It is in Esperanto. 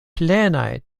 plenaj